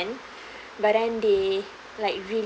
but then they like really